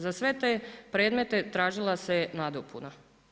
Za sve te predmete tražila se je nadopuna.